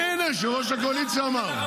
הינה, יושב-ראש הקואליציה אמר.